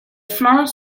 fleurs